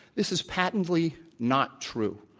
this is patently not true.